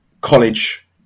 college